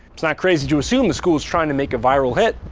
it's not crazy to assume the school was trying to make a viral hit.